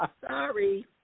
Sorry